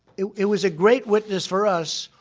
it was a great witness for us,